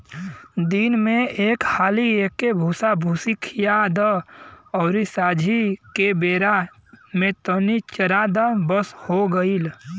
दिन में एक हाली एके भूसाभूसी खिया द अउरी सांझी के बेरा में तनी चरा द बस हो गईल